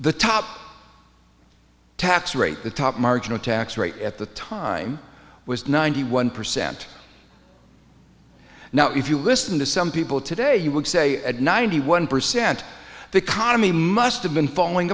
the top tax rate the top marginal tax rate at the time was ninety one percent now if you listen to some people today you would say at ninety one percent the economy must have been falling